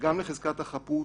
גם לחזקת החפות